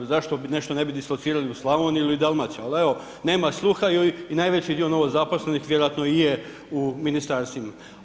Zašto nešto ne bi dislocirali u Slavoniju ili Dalmaciju, ali evo, nema sluha i najveći dio novozaposlenih vjerojatno i je u Ministarstvima.